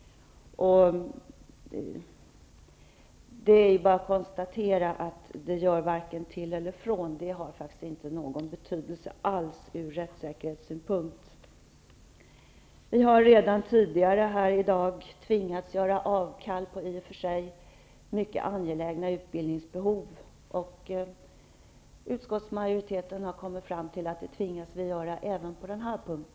Det är bara att konstatera att det här inte gör vare sig till eller från. Det har faktiskt inte någon betydelse alls från rättssäkerhetssynpunkt. Vi har tidigare här i dag tvingats göra avkall på våra krav, trots mycket angelägna utbildningsbehov. Utskottsmajoriteten har kommit fram till att vi tvingas till avkall även på den här punkten.